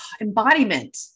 embodiment